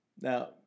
Now